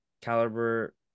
caliber